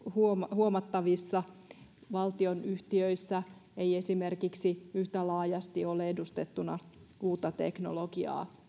huomattavissa valtionyhtiöissä ei esimerkiksi yhtä laajasti ole edustettuna uutta teknologiaa